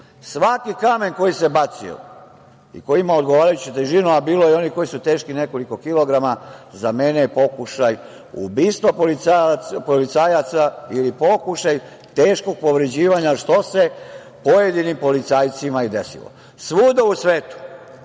kamen koji se bacio i koji ima odgovarajuću težinu, a bilo je i onih koji su teški nekoliko kilograma, za mene je pokušaj ubistva policajaca ili pokušaj teškog povređivanja, što se pojedinim policajcima i desilo. Svuda u svetu,